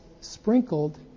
sprinkled